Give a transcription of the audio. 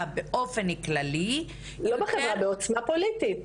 באופן כללי --- לא בחברה בעוצמה פוליטית,